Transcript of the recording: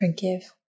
forgive